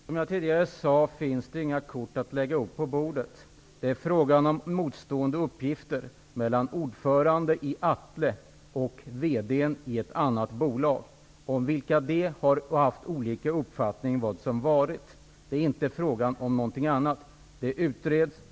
Fru talman! Som jag tidigare sade finns det inga kort att lägga upp på bordet. Det är fråga om motstående uppgifter mellan ordföranden i Atle och VD:n i ett annat bolag. De har haft olika uppfattningar om vad som har skett. Det är inte fråga om något annat. Frågan utreds skyndsamt